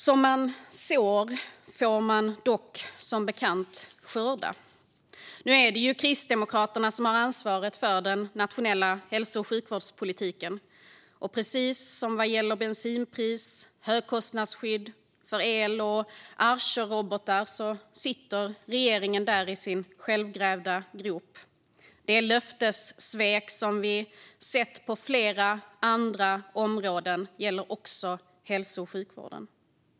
Som man sår får man dock, som bekant, skörda. Nu är det ju Kristdemokraterna som har ansvaret för den nationella hälso och sjukvårdspolitiken. Och precis som vad gäller bensinpris, högkostnadsskydd för el och Archerrobotar sitter regeringen där i sin självgrävda grop. Det löftessvek som vi sett på flera andra områden gäller också hälso och sjukvården.